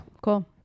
Cool